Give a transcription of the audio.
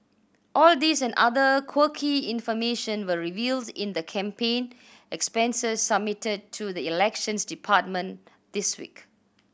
all these and other quirky information were revealed in the campaign expenses submitted to the Elections Department this week